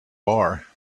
bar